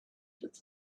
did